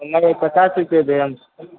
बम्बइ पचास रुपैआ देब